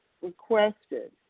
requested